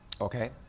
Okay